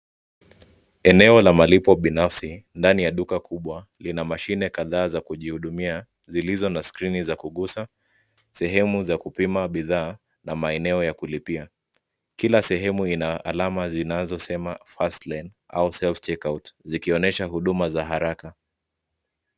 Eneo la malipo binafsi ndani ya duka kubwa, lina mashine kadhaa za kujihudumia, zilizo na skrini za kugusa , sehemu za kupima bidhaa na maeneo ya kulipia. Kila sehemu ina alama zinazosema fast lane au self checkout zikionyesha huduma za haraka.